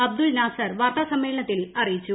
അബ്ദുൽ നാസർ വാർത്താസമ്മേളനത്തിൽ അറിയിച്ചു